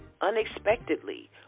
unexpectedly